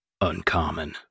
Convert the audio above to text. uncommon